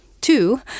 two